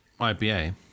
IPA